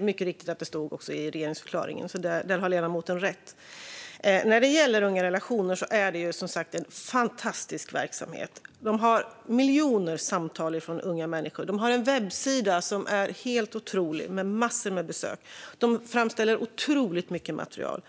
mycket riktigt står det om detta i regeringsförklaringen, så där har ledamoten rätt. När det gäller Ungarelationer.se är det en fantastisk verksamhet. De har miljoner samtal från unga människor. De har en webbsida som är helt otrolig och som har mängder av besök. De framställer otroligt mycket material.